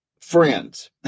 friends